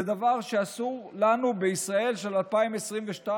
זה דבר שאסור לנו שיתקיים בישראל של 2022,